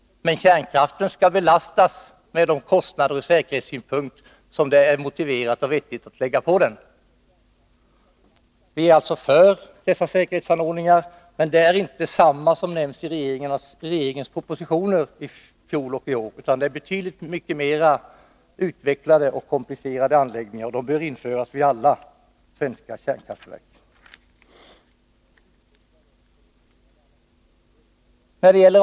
Men kärnkraften skall belastas med kostnaderna för de säkerhetsåtgärder som är motiverade. Vi är alltså för säkerhetsanordningar, men inte sådana som nämns i regeringens propositioner från i fjol och i år, utan betydligt mer utvecklade och komplicerade anläggningar. Och de bör införas vid alla svenska kärnkraftverk.